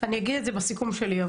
אני אגיד את זה בסיכום שלי,